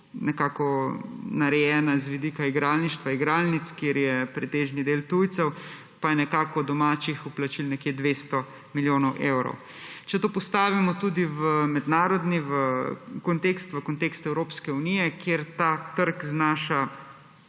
sredstev narejena z vidika igralništva, igralnic, kjer je pretežni del tujcev, pa je domačih vplačil nekje 200 milijonov evrov. Če to postavimo tudi v mednarodni kontekst, v kontekst Evropske unije, tam ta trg znaša